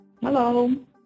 Hello